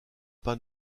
pain